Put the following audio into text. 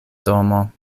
domo